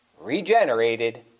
Regenerated